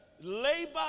Labor